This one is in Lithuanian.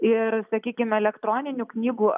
ir sakykime elektroninių knygų